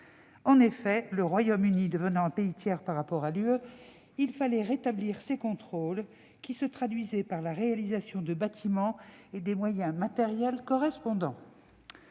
En effet, le Royaume-Uni devenant un pays tiers par rapport à l'Union européenne, il fallait rétablir ces contrôles, qui se traduisaient par la réalisation de bâtiments et la mise en oeuvre des moyens matériels correspondants.